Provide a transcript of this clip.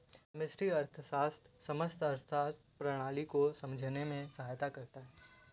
समष्टि अर्थशास्त्र समस्त आर्थिक प्रणाली को समझने में सहायता करता है